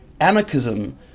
anarchism